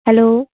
hello